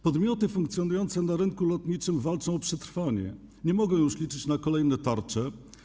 Podmioty funkcjonujące na rynku lotniczym walczą o przetrwanie, nie mogą już liczyć na kolejne tarcze.